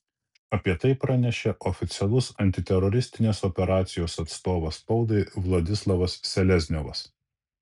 apie tai pranešė oficialus antiteroristinės operacijos atstovas spaudai vladislavas selezniovas